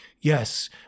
Yes